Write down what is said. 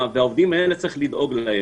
וצריך לדאוג לעובדים האלה.